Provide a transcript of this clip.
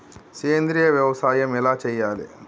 సేంద్రీయ వ్యవసాయం ఎలా చెయ్యాలే?